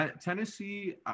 Tennessee